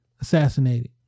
assassinated